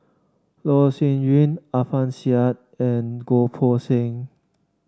Loh Sin Yun Alfian Sa'at and Goh Poh Seng